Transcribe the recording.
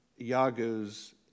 Iago's